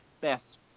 best